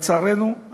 לצערנו,